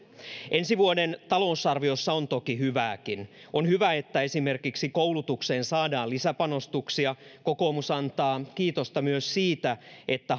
ensi vuoden talousarviossa on toki hyvääkin on hyvä että esimerkiksi koulutukseen saadaan lisäpanostuksia kokoomus antaa kiitosta myös siitä että